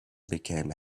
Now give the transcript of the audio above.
became